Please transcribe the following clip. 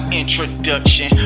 introduction